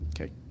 Okay